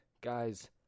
Guys